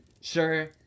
sure